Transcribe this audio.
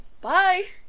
bye